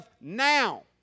now